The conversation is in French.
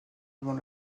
avant